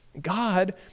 God